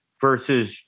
versus